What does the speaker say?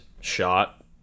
shot